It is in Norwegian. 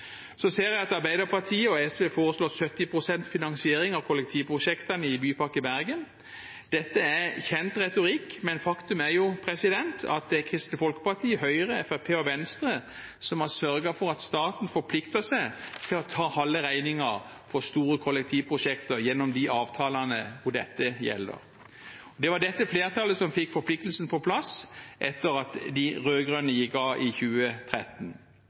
Så ser jeg at Arbeiderpartiet og SV foreslår 70 pst. finansiering av kollektivprosjektene i Bypakke Bergen. Dette er kjent retorikk, men faktum er at det er Kristelig Folkeparti, Høyre, Fremskrittspartiet og Venstre som har sørget for at staten forplikter seg til å ta halve regningen for store kollektivprosjekter gjennom de avtalene hvor dette gjelder. Det var dette flertallet som fikk forpliktelsen på plass etter at de rød-grønne gikk av i 2013.